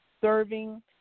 serving